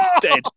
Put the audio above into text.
Dead